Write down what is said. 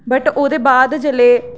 but ओह्दे बाद जिसलै